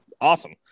awesome